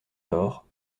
door